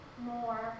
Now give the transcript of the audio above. more